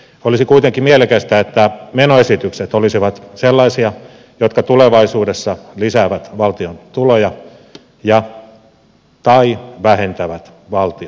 olisi kuitenkin mielekästä että menoesitykset olisivat sellaisia jotka tulevaisuudessa lisäävät valtion tuloja tai vähentävät valtion menoja